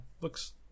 Looks